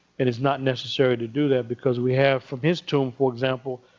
and it's not necessary to do that because we have from his tomb, for example,